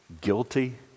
guilty